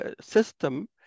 system